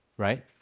right